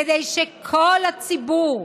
כדי שכל הציבור,